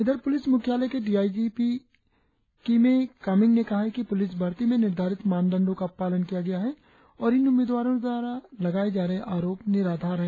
इधर पुलिस मुख्यालय के डी आई जी पी किमे कामिंग ने कहा है कि पुलिस भरती में निर्धारित माणदंडो का पालन किया गया है और इन उम्मीदवारों द्वारा लगाये जा रहे आरोप निराधार है